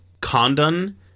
Condon